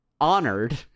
honored